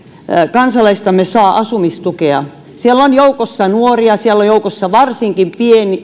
kansalaistamme saa asumistukea siellä on joukossa nuoria siellä on joukossa varsinkin